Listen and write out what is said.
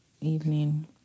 evening